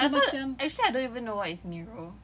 I also actually I don't even know what is Miro